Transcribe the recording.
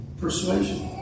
Persuasion